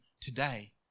today